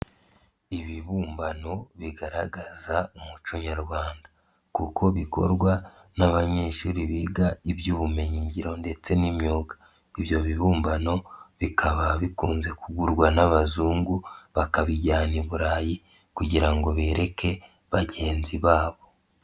Ibibumbano bigaragaza umuco Nyarwanda kuko bikorwa n'abanyeshuri biga iby'ubumenyingiro ndetse n'imyuga, ibyo bibumbano bikaba bikunze kugurwa n'abazungu bakabijyana i Burayi kugira ngo bereke bagenzi babo.